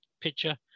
picture